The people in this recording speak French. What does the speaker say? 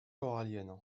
coralliennes